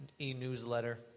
e-newsletter